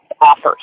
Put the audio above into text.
offers